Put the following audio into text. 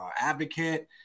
advocate